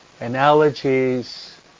analogies